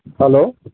hello